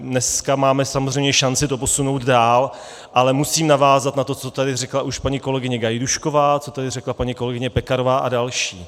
Dneska máme samozřejmě šanci to posunout dál, ale musím navázat na to, co tady říkala už paní kolegyně Gajdůšková, co tady řekla paní kolegyně Pekarová a další.